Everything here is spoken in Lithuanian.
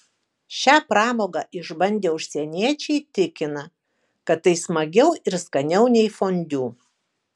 šią pramogą išbandę užsieniečiai tikina kad tai smagiau ir skaniau nei fondiu